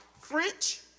French